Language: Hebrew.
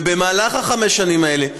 במהלך חמש השנים האלה,